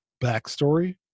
backstory